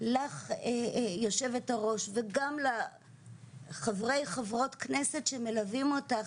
לך יו"ר וגם לחברי חברות כנסת שמלווים אותך,